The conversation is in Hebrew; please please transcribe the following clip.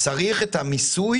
צריך את המיסוי